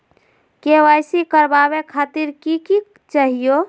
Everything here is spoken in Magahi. के.वाई.सी करवावे खातीर कि कि चाहियो?